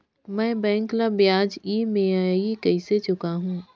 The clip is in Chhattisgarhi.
मैं बैंक ला ब्याज ई.एम.आई कइसे चुकाहू?